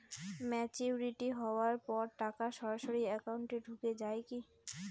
Maturity হওয়ার পর টাকা সরাসরি একাউন্ট এ ঢুকে য়ায় কি?